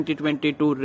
2022